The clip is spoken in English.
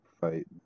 fight